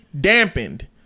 dampened